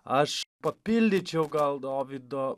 aš papildyčiau gal dovydo